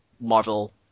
Marvel